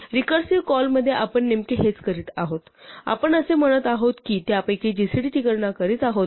recursive call मध्ये आपण नेमके हेच करीत आहोत आपण असे म्हणत आहोत की त्यापैकी जीसीडीची गणना करीत आहोत